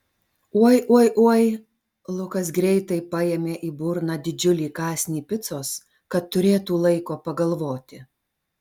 oi oi oi lukas greitai paėmė į burną didžiulį kąsnį picos kad turėtų laiko pagalvoti